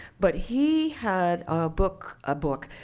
but he had a book a book,